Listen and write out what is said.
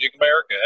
America